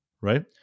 right